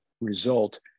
result